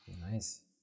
Nice